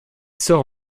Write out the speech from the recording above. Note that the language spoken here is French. sort